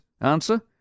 Answer